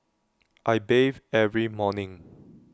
I bathe every morning